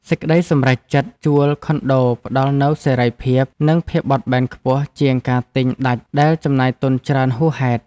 សេចក្តីសម្រេចចិត្តជួលខុនដូផ្តល់នូវសេរីភាព និងភាពបត់បែនខ្ពស់ជាងការទិញដាច់ដែលចំណាយទុនច្រើនហួសហេតុ។